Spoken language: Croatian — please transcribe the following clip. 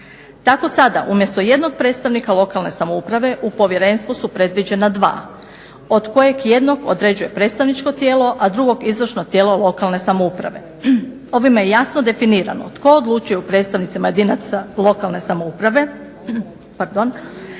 Tako sada umjesto jednog predstavnika lokalne samouprave u Povjerenstvu su predviđena dva od kojeg jednog određuje predstavničko tijelo, a drugog izvršno tijelo lokalne samouprave. Ovime je jasno definirano tko odlučuje o predstavnicima jedinica lokalne samouprave i na